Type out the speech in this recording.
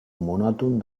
monòton